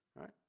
right